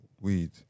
weed